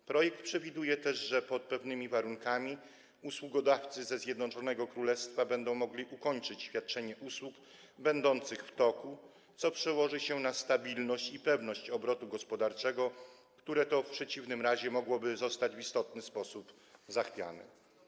W projekcie przewiduje się też, że pod pewnymi warunkami usługodawcy ze Zjednoczonego Królestwa będą mogli ukończyć świadczenie usług będących w toku, co przełoży się na stabilność i pewność obrotu gospodarczego, które to elementy w przeciwnym razie mogłyby zostać w istotny sposób zachwiane.